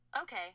Okay